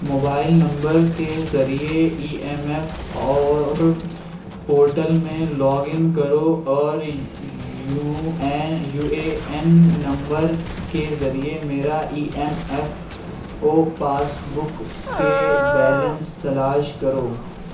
mobile number کے ذریعے E M F اور پورٹل میں لاگ ان کرو اور U N U A N number کے ذریعے میرا E M F O passbook کے بیلنس تلاش کرو